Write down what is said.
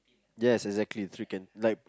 yes exactly so you can like